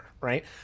right